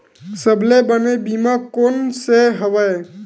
सबले बने बीमा कोन से हवय?